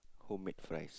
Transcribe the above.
homemade fries